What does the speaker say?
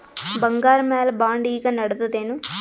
ಬಂಗಾರ ಮ್ಯಾಲ ಬಾಂಡ್ ಈಗ ನಡದದೇನು?